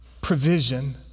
provision